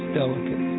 delicate